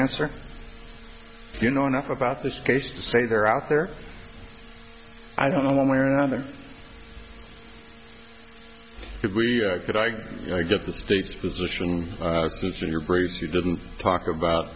answer you know enough about this case to say they're out there i don't know one way or another if we could i get the state's position in your group you didn't talk about